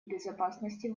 безопасности